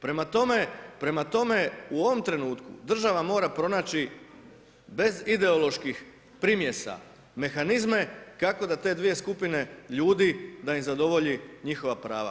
Prema tome, u ovom trenutku država mora pronaći bez ideoloških primjesa mehanizme kako da te dvije skupine ljudi da im zadovolji njihova prava.